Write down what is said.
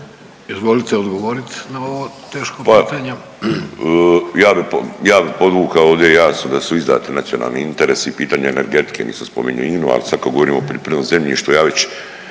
Izvolite odgovoriti na ovo teško pitanje.